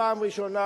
בפעם הראשונה,